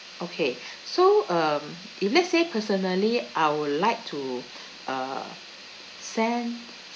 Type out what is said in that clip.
okay so um if let's say personally I would like to uh send